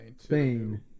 spain